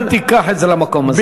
אל תיקח את זה למקום הזה.